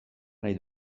nahi